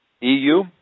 EU